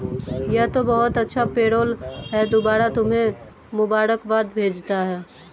यह तो बहुत अच्छा पेरोल है दोबारा तुम्हें मुबारकबाद भेजता हूं